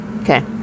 okay